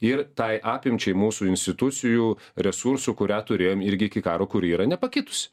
ir tai apimčiai mūsų institucijų resursų kurią turėjom irgi iki karo kuri yra nepakitusi